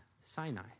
Sinai